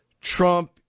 Trump